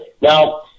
Now